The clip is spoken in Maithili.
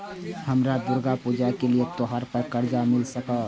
हमरा दुर्गा पूजा के लिए त्योहार पर कर्जा मिल सकय?